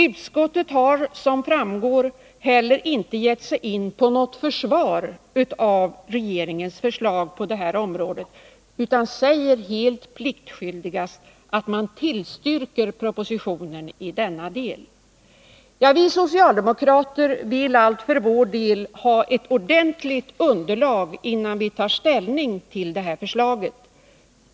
Utskottet har, som framgår, heller inte gett sig in på något försvar av regeringens förslag på det här området utan säger pliktskyldigast att man tillstyrker propositionen i denna del. Vi socialdemokrater för vår del vill allt ha ett ordentligt underlag innan vi tar ställning till förslaget.